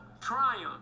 triumph